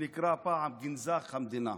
שנקרא פעם גנזך המדינה.